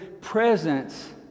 presence